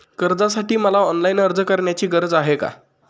कर्जासाठी मला ऑनलाईन अर्ज करण्याची गरज आहे का?